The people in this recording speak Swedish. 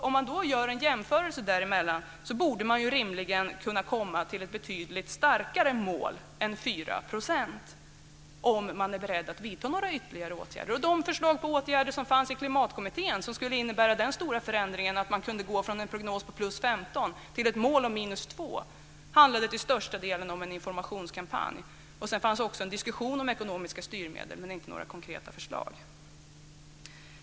Utifrån en jämförelse däremellan borde man rimligen kunna komma till ett betydligt starkare mål än 4 % om man är beredd att vidta några ytterligare åtgärder. De förslag på åtgärder som fanns i Klimatkommittén, och som skulle innebära den stora förändringen att man kunde gå från en prognos på +15 % till ett mål på 2 %, handlade till största delen om en informationskampanj. Det fanns också en diskussion om ekonomiska styrmedel, men inga konkreta förslag.